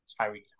Tyreek